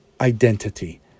identity